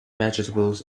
vegetables